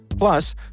Plus